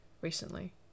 recently